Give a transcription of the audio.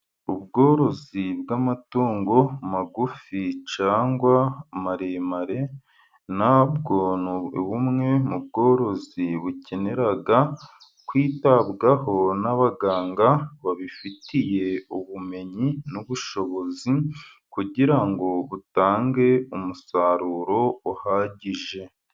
Ubworozi bw'amatungo magufi cyangwa maremare na bwo ni bumwe mu bworozi bukenera kwitabwaho n'abaganga babifitiye ubumenyi n'ubushobozi, kugira ngo butange umusaruro uhagije.